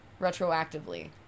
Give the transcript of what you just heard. Retroactively